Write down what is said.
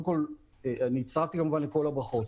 כמובן שהצטרפתי לכל הברכות.